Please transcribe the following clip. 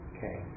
Okay